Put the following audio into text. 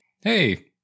Hey